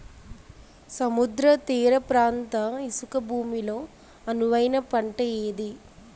సముద్ర తీర ప్రాంత ఇసుక భూమి లో అనువైన పంట ఏది?